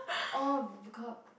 oh god